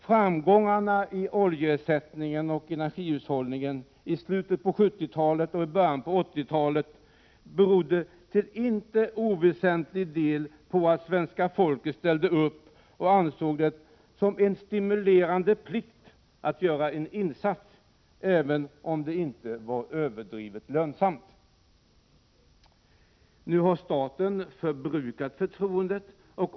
Framgångarna i oljeersättningen och energihushållningen i slutet på 70-talet och i början på 80-talet berodde till inte oväsentlig del på att svenska folket ställde upp och ansåg det som en stimulerande plikt att göra insatser, även om de inte var överdrivet lönsamma. Nu har staten förbrukat förtroendet.